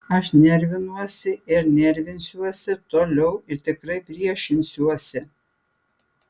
aš nervinuosi ir nervinsiuosi toliau ir tikrai priešinsiuosi